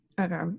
Okay